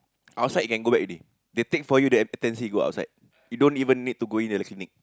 outside you can go back already they take for you the M_C go outside you don't even need to go in at the clinic